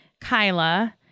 Kyla